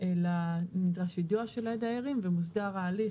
אלא נדרש יידוע של הדיירים ומוסדר ההליך